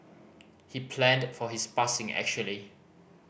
he planned for his passing actually